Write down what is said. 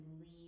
leave